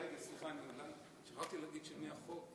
רגע, סליחה, שכחתי להגיד של מי החוק,